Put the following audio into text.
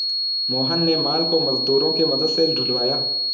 मोहन ने माल को मजदूरों के मदद से ढूलवाया